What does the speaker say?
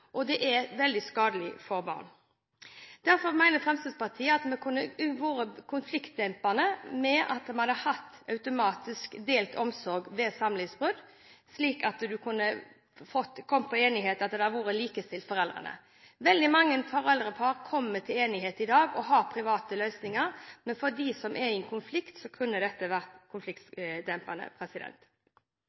og det er veldig skadelig for barna. Derfor mener Fremskrittspartiet at det kunne vært konfliktdempende hvis det automatisk hadde vært delt omsorg ved samlivsbrudd, hvis det hadde vært enighet om at foreldrene hadde vært likestilt. Veldig mange foreldrepar kommer til enighet og har private løsninger i dag, men for dem som er i konflikt, kunne dette vært konfliktdempende.